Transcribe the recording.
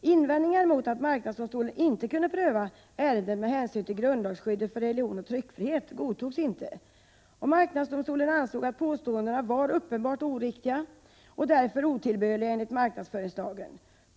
Invändningar mot att marknadsdomstolen inte kunde pröva ärendet med hänsyn till grundlagsskyddet för religionsfriheten och tryckfriheten godtogs inte. Marknadsdomstolen ansåg att påståendena var uppenbart oriktiga och därför otillbörliga enligt marknadsföringslagen.